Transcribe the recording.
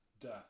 death